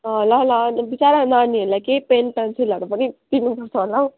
अँ ल ल विचारा नानीहरूलाई केही पेन पेन्सिलहरू पनि दिनुपर्छ होला हौ